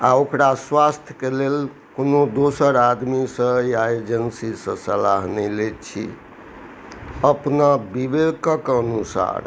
आओर ओकरा स्वास्थ्यके लेल कोनो दोसर आदमीसँ या एजेन्सीसँ सलाह नहि लै छी अपना विवेकके अनुसार